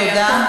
תודה.